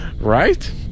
Right